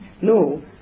no